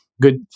good